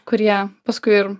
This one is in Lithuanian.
kurie paskui ir